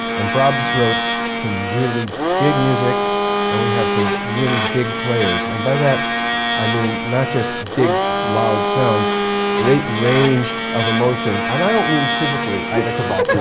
and brahms wrote some really big music and we have some really big players, and by that i mean not just big loud sounds great range of emotion and i don't mean physically, ida